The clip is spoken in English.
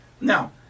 Now